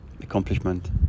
accomplishment